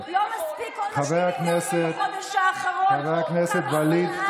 כן, כולם ראו.